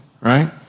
right